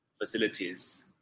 facilities